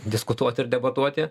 diskutuoti ir debatuoti